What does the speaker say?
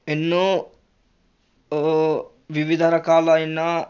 ఎన్నో వివిధ రకాలయిన